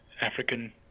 African